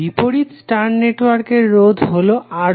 বিপরীত স্টার নেটওয়ার্কের রোধ হলো R1